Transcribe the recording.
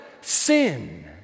Sin